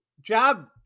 job